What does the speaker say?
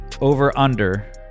over-under